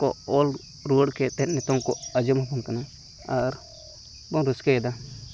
ᱠᱚ ᱚᱞ ᱨᱩᱣᱟᱹᱲ ᱠᱮᱫᱛᱮ ᱱᱤᱛᱚᱝ ᱟᱸᱡᱚᱢᱟᱵᱚᱱ ᱠᱟᱱᱟ ᱟᱨ ᱵᱚᱱ ᱨᱟᱹᱥᱠᱟᱹᱭᱮᱫᱟ